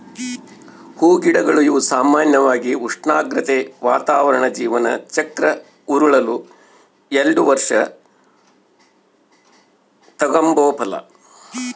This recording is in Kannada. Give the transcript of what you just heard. ಹೂಗಿಡಗಳು ಇವು ಸಾಮಾನ್ಯವಾಗಿ ಉಷ್ಣಾಗ್ರತೆ, ವಾತಾವರಣ ಜೀವನ ಚಕ್ರ ಉರುಳಲು ಎಲ್ಡು ವರ್ಷ ತಗಂಬೋ ಫಲ